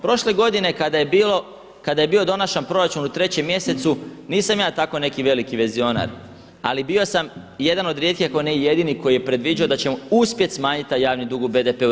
Prošle godine kada je bio donašan proračun u trećem mjesecu, nisam ja tako neki veliki vizionar, ali bio sam jedan od rijetkih, ako ne i jedini koji je predviđao da ćemo uspjeti smanjiti taj javni dug u BDP-u.